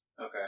Okay